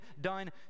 done